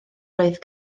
roedd